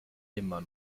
immer